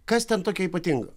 kas ten tokio ypatingo